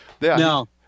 No